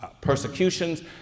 persecutions